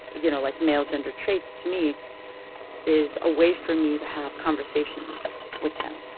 you know, like male gender traits to me is a way for me to have conversations with them.